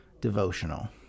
devotional